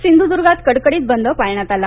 सिंध्वदुर्गात कडकडीत बंद पाळण्यात आला